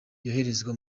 yoherezwa